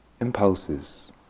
impulses